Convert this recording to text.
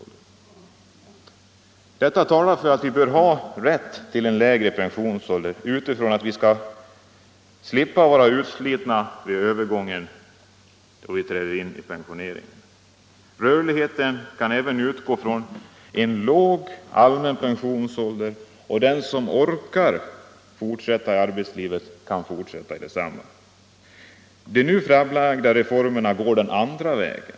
Detta talar för att vi bör ha rätt till lägre pensionsålder, för att slippa vara utslitna vid övergången till pensioneringen. Rörligheten kan även utgå från en låg allmän pensionsålder, och den som orkar fortsätta i arbetslivet kan göra det. De nu framlagda reformförslagen går den andra vägen.